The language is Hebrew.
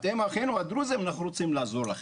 אתם אחינו הדרוזים אנחנו רוצים לעזור לכם'.